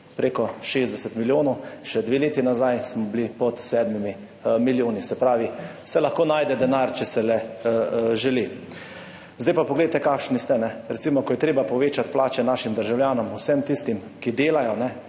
prek 60 milijonov, še dve leti nazaj smo bili pod 7 milijoni. Se pravi, se lahko najde denar, če se le želi. Poglejte, kakšni ste. Ko je recimo treba povečati plače našim državljanom, vsem tistim, ki delajo –